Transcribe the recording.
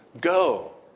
go